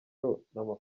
n’amafoto